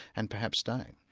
and perhaps stay.